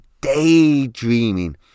daydreaming